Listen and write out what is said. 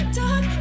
dark